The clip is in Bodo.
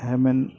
हेमेन